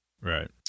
Right